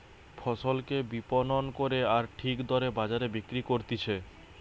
ফসলকে বিপণন করে আর ঠিক দরে বাজারে বিক্রি করতিছে